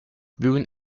bügeln